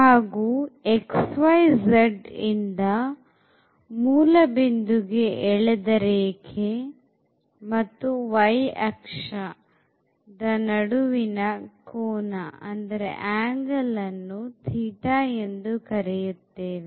ಹಾಗೂ xyz ಇಂದ ಮೂಲಬಿಂದುಗೆ ಎಳೆದ ರೇಖೆ ಮತ್ತು y ಅಕ್ಷದ ನಡುವಿನ ಕೋನವನ್ನು θ ಎಂದು ಕರೆಯುತ್ತೇವೆ